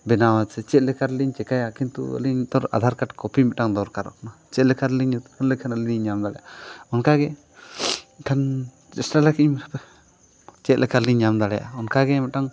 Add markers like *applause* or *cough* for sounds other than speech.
ᱵᱮᱱᱟᱣᱟ ᱥᱮ ᱪᱮᱫ ᱞᱮᱠᱟ ᱨᱮᱞᱤᱧ ᱪᱤᱠᱟᱹᱭᱟ ᱠᱤᱱᱛᱩ ᱟᱹᱞᱤᱧ ᱱᱮᱛᱟᱨ ᱟᱫᱷᱟᱨ ᱠᱟᱨᱰ ᱠᱚᱯᱤ ᱢᱤᱫᱴᱟᱱ ᱫᱚᱨᱠᱟᱨᱚᱜ ᱠᱟᱱᱟ ᱪᱮᱫ ᱞᱮᱠᱟ ᱨᱮᱞᱤᱧ *unintelligible* ᱟᱹᱞᱤᱧᱞᱤᱧ ᱧᱟᱢ ᱫᱟᱲᱮᱭᱟᱜᱼᱟ ᱚᱱᱠᱟᱜᱮ ᱮᱱᱠᱷᱟᱱ ᱪᱮᱥᱴᱟ ᱞᱟᱹᱜᱤᱫ ᱤᱧ ᱪᱮᱫ ᱞᱮᱠᱟ ᱨᱮᱞᱤᱧ ᱧᱟᱢ ᱫᱟᱲᱮᱭᱟᱜᱼᱟ ᱚᱱᱠᱟᱜᱮ ᱢᱤᱫᱴᱟᱝ